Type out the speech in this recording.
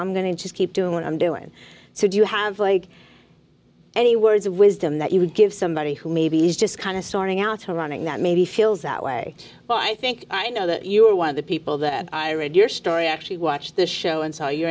i'm going to just keep doing what i'm doing so do you have like any words of wisdom that you would give somebody who maybe is just kind of starting out her running that maybe feels that way but i think i know that you are one of the people that i read your story actually watched the show and saw your